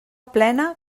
plena